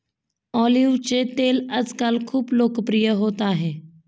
ऑलिव्हचे तेल आजकाल खूप लोकप्रिय होत आहे